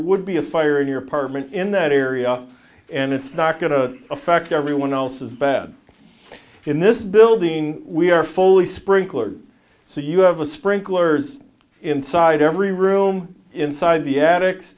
would be a fire in your apartment in that area and it's not going to affect everyone else as bad in this building we are fully sprinklers so you have a sprinklers inside every room inside the a